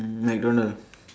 mm McDonald